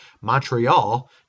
Montreal